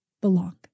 belong